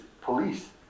Police